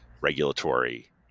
regulatory